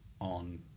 on